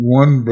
one